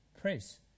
press